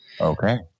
Okay